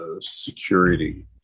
Security